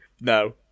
no